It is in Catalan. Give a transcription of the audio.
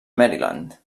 maryland